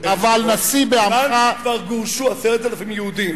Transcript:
כבוד היושב-ראש,